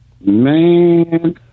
Man